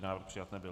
Návrh přijat nebyl.